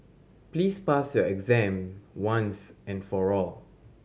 please pass your exam once and for all